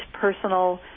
personal